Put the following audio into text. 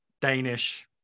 Danish